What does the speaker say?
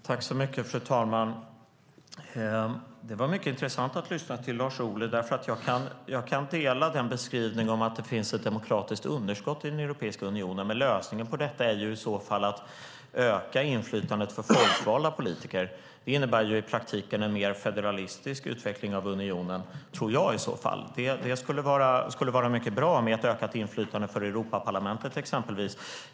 Fru talman! Det var mycket intressant att lyssna till Lars Ohly. Jag kan dela synen i beskrivningen av att det finns ett demokratiskt underskott i Europeiska unionen. Men lösningen på detta är i så fall att öka inflytandet för folkvalda politiker, och det tror jag i praktiken innebär en mer federalistisk utveckling av unionen. Det skulle vara mycket bra med ett ökat inflytande för Europarlamentet, exempelvis.